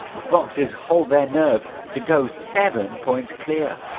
the foxes hold their nerve to go seven points clear.